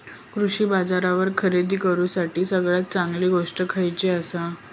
कृषी बाजारावर खरेदी करूसाठी सगळ्यात चांगली गोष्ट खैयली आसा?